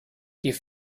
die